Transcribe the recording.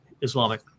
Islamic